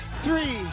three